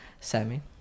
Sammy